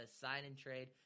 sign-and-trade